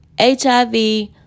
HIV